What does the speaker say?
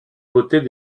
beautés